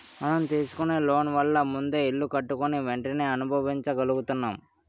మనం తీసుకునే లోన్ వల్ల ముందే ఇల్లు కొనుక్కుని వెంటనే అనుభవించగలుగుతున్నాం